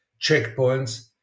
checkpoints